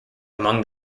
among